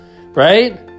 Right